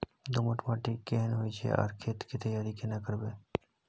दोमट माटी केहन होय छै आर खेत के तैयारी केना करबै?